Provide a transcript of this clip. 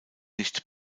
nicht